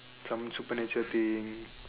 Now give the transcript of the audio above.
from supernatural thing